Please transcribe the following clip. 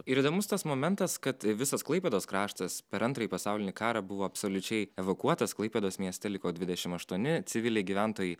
ir įdomus tas momentas kad visas klaipėdos kraštas per antrąjį pasaulinį karą buvo absoliučiai evakuotas klaipėdos mieste liko dvidešimt aštuoni civiliai gyventojai